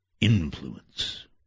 influence